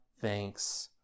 thanks